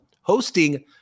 hosting